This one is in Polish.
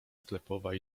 sklepowa